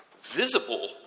visible